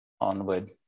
onward